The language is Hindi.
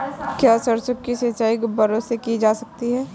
क्या सरसों की सिंचाई फुब्बारों से की जा सकती है?